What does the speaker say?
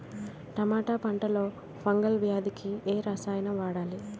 టమాటా పంట లో ఫంగల్ వ్యాధికి ఏ రసాయనం వాడాలి?